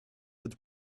would